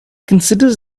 considers